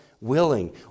willing